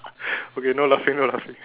okay no laughing no laughing